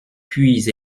puis